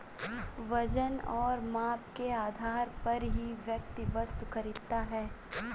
वजन और माप के आधार पर ही व्यक्ति वस्तु खरीदता है